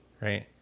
right